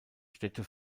städte